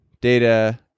data